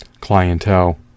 clientele